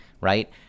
right